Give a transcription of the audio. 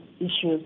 issues